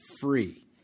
free